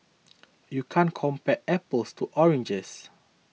you can't compare apples to oranges